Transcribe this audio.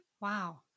Wow